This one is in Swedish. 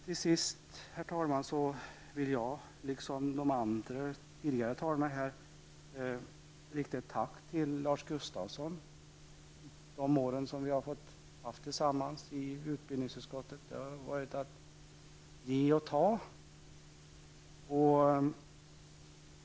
Till sist, herr talman, vill jag liksom de tidigare talarna rikta ett tack till Lars Gustafsson för de år som vi haft tillsammans i utbildningsutskottet. Det har varit ett givande och tagande.